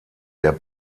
der